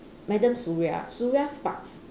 madam suria suria sparks